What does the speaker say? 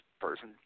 person